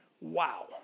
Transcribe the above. Wow